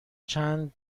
چند